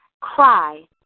cry